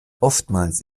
oftmals